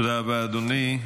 תודה רבה, אדוני.